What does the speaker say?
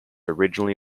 originally